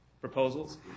proposals